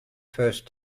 first